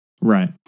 Right